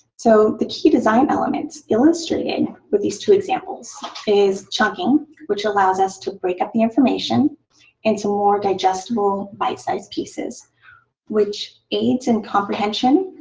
so the key design elements illustrated with these two examples is chunking, which allows us to break up the information into more digestible bite-sized pieces which aides in comprehension,